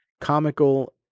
comical